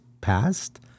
passed